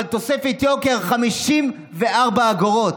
אבל תוספת היוקר, 54 אגורות.